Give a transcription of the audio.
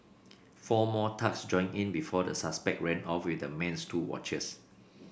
four more thugs joined in before the suspects ran off with the man's two watches